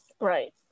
Right